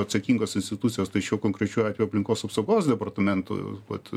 atsakingos institucijos tai šiuo konkrečiu atveju aplinkos apsaugos departamento vat